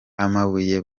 amabuye